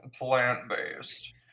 plant-based